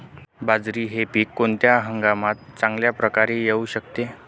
बाजरी हे पीक कोणत्या हंगामात चांगल्या प्रकारे येऊ शकते?